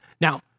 Now